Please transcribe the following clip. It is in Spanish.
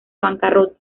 bancarrota